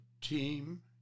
team